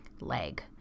leg